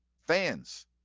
fans